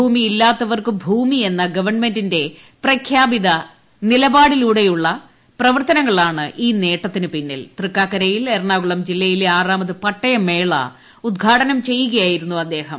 ഭൂമിയില്ലാത്തവർക്ക് ഭൂമിയെന്ന ഗവൺമെന്റിന്റെ പ്രഖ്യാപിത നിലപാടിലൂടെയുള്ള പ്രവർത്തനങ്ങളാണ് ഇൌ നേട്ടത്തിനുപിന്നിൽ തൃക്കാക്കരയിൽ എറണാകുളം ജില്ലയിലെ ആറാമത് പട്ടയമേള ഉദ്ഘാടനം ചെയ്യുകയായിരുന്നു അദ്ദേഹം